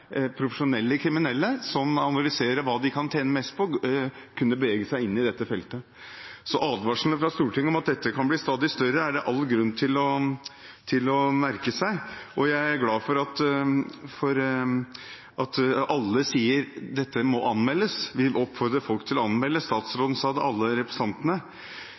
profesjonelle kriminelle, som analyserer hva de kan tjene mest på, kunne bevege seg inn i dette feltet. Så advarslene fra Stortinget om at dette kan bli stadig større, er det all grunn til å merke seg. Jeg er glad for at for at alle sier at dette må anmeldes, vil oppfordre folk til å anmelde. Statsråden sa det, og alle representantene